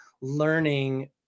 learning